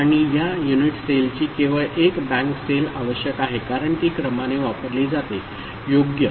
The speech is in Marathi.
आणि या युनिट सेलची केवळ एक बँक सेल आवश्यक आहे कारण ती क्रमाने वापरली जाते योग्य